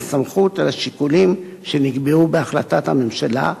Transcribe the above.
לסמכות ולשיקולים שנקבעו בהחלטת הממשלה,